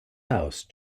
house